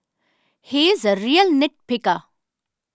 he is a real nit picker